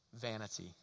vanity